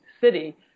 city